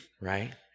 right